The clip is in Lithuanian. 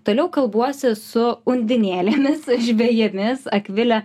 toliau kalbuosi su undinėlėmis žvejėmis akvile